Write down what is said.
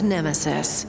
Nemesis